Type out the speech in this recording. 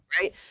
right